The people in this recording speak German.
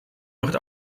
wird